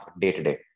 day-to-day